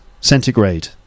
centigrade